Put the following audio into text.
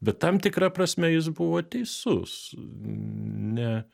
bet tam tikra prasme jis buvo teisus ne